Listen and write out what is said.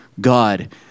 God